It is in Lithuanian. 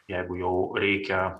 jeigu jau reikia